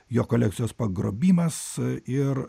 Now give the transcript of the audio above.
jo kolekcijos pagrobimas ir